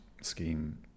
scheme